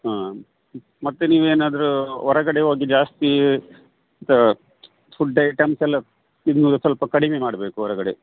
ಹಾಂ ಮತ್ತು ನೀವು ಏನಾದರೂ ಹೊರಗಡೆ ಹೋಗಿ ಜಾಸ್ತೀ ಸ ಫುಡ್ ಐಟಮ್ಸ್ ಎಲ್ಲ ತಿನ್ನೋದು ಸ್ವಲ್ಪ ಕಡಿಮೆ ಮಾಡಬೇಕು ಹೊರಗಡೆ